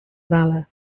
valour